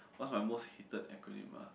what's my most hated acronym ah